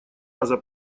раза